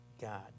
god